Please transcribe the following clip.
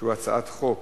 הנושא הבא הוא הצעת חוק